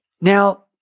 Now